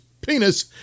penis